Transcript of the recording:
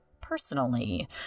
personally